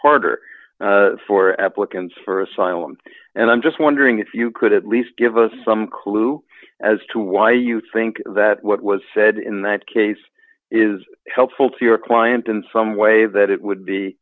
harder for applicants for asylum and i'm just wondering if you could at least give us some clue as to why you think that what was said in that case is helpful to your client in some way that it would be